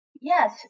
Yes